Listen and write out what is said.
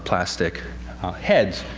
plastic heads.